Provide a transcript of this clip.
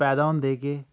पैदा होंदे गै